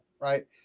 right